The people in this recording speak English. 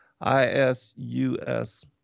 I-S-U-S